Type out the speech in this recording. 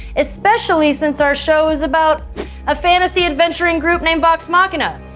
especially since our show is about a fantasy adventuring group named vox machina.